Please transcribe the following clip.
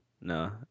No